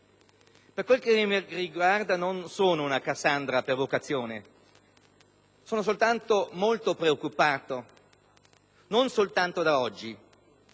Per quanto mi riguarda, non sono una Cassandra per vocazione: sono soltanto molto preoccupato, non solo da oggi.